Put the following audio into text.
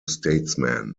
statesman